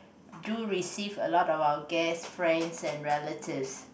do receive a lot of our guests friends and relatives